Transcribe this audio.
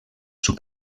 sud